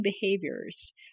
behaviors